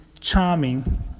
Charming